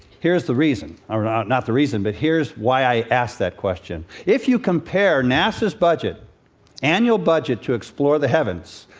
here's the reason, or not not the reason, but here's why i ask that question. if you compare nasa's annual budget to explore the heavens,